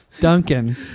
Duncan